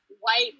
white